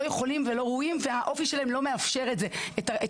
יכולים ולא ראויים והאופי שלהם לא מאפשר את הסיבולת,